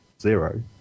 zero